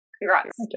congrats